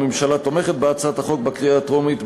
הממשלה תומכת בהצעת החוק בקריאה הטרומית,